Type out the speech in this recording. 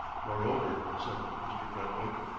moreover, said mr. brentwick,